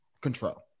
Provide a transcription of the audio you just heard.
Control